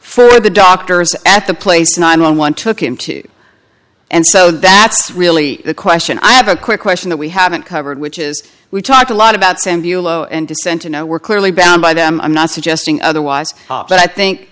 for the doctors at the place nine one one took him to and so that's really the question i have a quick question that we haven't covered which is we talked a lot about samuel low and dissent to know we're clearly bound by them i'm not suggesting otherwise but i think